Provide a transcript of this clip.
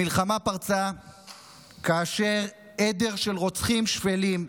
המלחמה פרצה כאשר עדר של רוצחים שפלים,